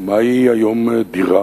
מהי היום דירה